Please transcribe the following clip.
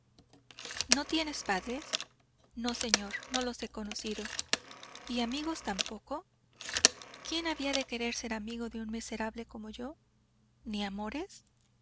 no tienes padres no señor no los he conocido y amigos tampoco quién había de querer ser amigo de un miserable como yo ni amores